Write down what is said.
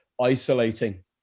isolating